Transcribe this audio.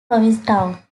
provincetown